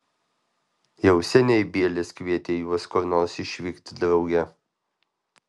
jau seniai bielis kvietė juos kur nors išvykti drauge